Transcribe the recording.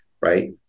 right